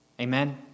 Amen